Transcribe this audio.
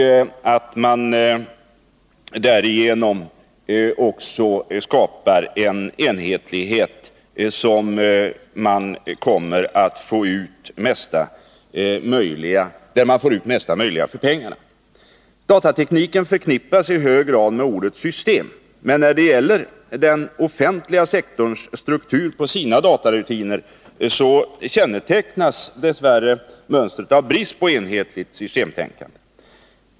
Därigenom skapar man också en enhetlighet, som gör att man får ut mesta möjliga för pengarna. Datatekniken förknippas i hög grad med ordet system. Men strukturen på den offentliga sektorns datarutiner kännetecknas dess värre av brist på enhetligt systemtänkande.